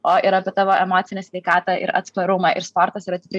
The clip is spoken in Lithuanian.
o ir apie tavo emocinę sveikatą ir atsparumą ir sportas yra tikrai